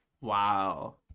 Wow